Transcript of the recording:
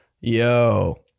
yo